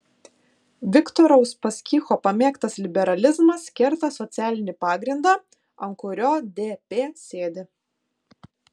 viktoro uspaskicho pamėgtas liberalizmas kerta socialinį pagrindą ant kurio dp sėdi